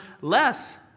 less